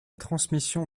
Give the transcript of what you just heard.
transmission